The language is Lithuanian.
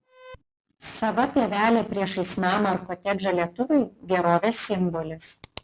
sava pievelė priešais namą ar kotedžą lietuviui gerovės simbolis